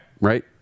Right